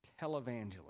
televangelist